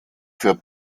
für